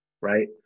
right